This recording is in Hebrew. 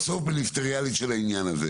הוא אומר שאת כל התקנים שהם קיבלו הם לקחו לצורך זה.